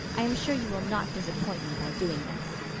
i am sure you will not disappoint me by doing this.